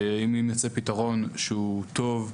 ואם יימצא פתרון שהוא טוב,